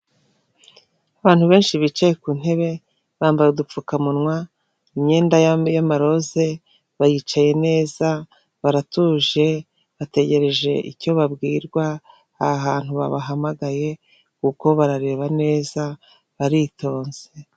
Abantu benshi bicaye ku ntebe, bambaye udupfukamunwa, imyenda y'amaroze, bicaye neza, baratuje, bategereje icyo babwirwa aha hantu babahamagaye, kuko barareba neza, baritonze.